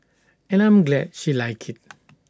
and I'm glad she liked IT